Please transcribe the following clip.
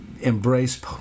embrace